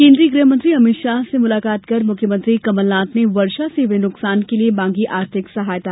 केन्द्रीय गृहमंत्री अमित शाह से मुलाकात कर मुख्यमंत्री कमलनाथ ने बारिश से हुए नुकसान के लिये मांगी आर्थिक सहायता